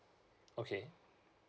okay